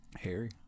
Harry